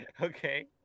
Okay